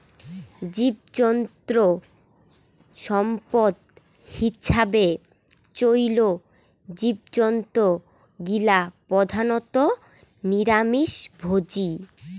জীবজন্তু সম্পদ হিছাবে চইল জীবজন্তু গিলা প্রধানত নিরামিষভোজী